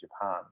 Japan